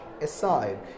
aside